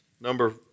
Number